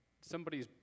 somebody's